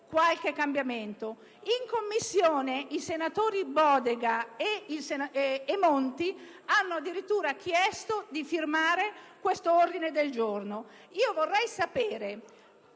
qualche cambiamento. In Commissione, i senatori Bodega e Monti hanno addirittura chiesto di firmare il nostro ordine del giorno. Vorrei sapere